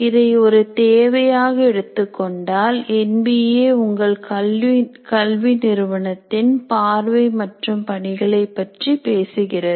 இதை ஒரு தேவையாக எடுத்துக் கொண்டால் என்பிஏ உங்கள் கல்வி நிறுவனத்தின் பார்வை மற்றும் பணிகளை பற்றி பேசுகிறது